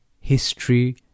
history